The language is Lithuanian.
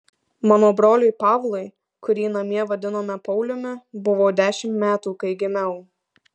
mano broliui pavlui kurį namie vadinome pauliumi buvo dešimt metų kai gimiau